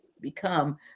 become